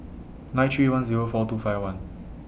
nine three one Zero four two five one